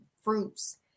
fruits